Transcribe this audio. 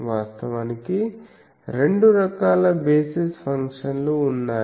వాస్తవానికి రెండు రకాల బేసిస్ ఫంక్షన్లు ఉన్నాయి